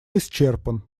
исчерпан